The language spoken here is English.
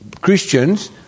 Christians